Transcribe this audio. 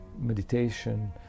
meditation